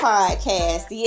Podcast